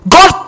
God